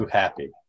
happy